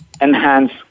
enhance